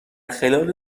خلال